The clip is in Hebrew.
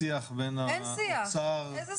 בשיח בין האוצר לבין --- איזה שיח?